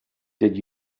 did